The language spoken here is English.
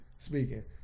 Speaking